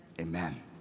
amen